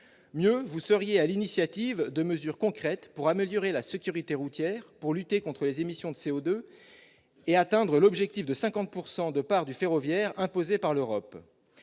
Mieux, vous seriez à l'initiative de mesures concrètes pour améliorer la sécurité routière, pour lutter contre les émissions de CO2 et atteindre l'objectif de 50 % de part du ferroviaire, imposé par l'Europe.